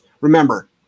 Remember